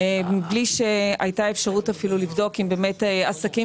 מבלי שהייתה אפשרות אפילו לבדוק אם באמת עסקים